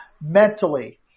mentally